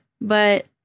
But-